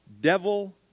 devil